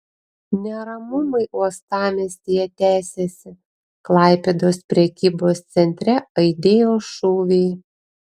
neramumai uostamiestyje tęsiasi klaipėdos prekybos centre aidėjo šūviai